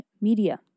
media